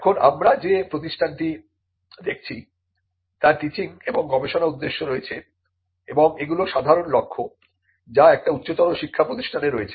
এখন আমরা যে প্রতিষ্ঠানটি দেখছি তার টিচিং এবং গবেষণা উদ্দেশ্য রয়েছে এবং এগুলি সাধারণ লক্ষ্য যা একটি উচ্চতর শিক্ষা প্রতিষ্ঠানের রয়েছে